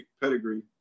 pedigree